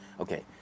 Okay